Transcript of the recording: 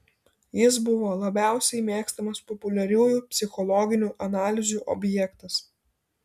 jis buvo labiausiai mėgstamas populiariųjų psichologinių analizių objektas